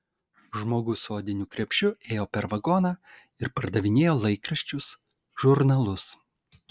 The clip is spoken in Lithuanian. žmogus su odiniu krepšiu ėjo per vagoną ir pardavinėjo laikraščius žurnalus